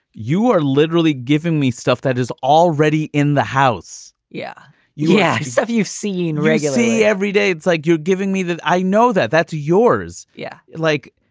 you are literally giving me stuff that is already in the house. yeah yeah. stuff you've seen regularly every day. it's like you're giving me that. i know that that's yours yeah. like